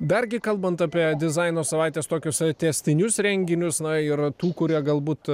dargi kalbant apie dizaino savaitės tokius tęstinius renginius na yra tų kurie galbūt